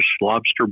lobster